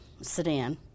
sedan